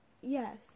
Yes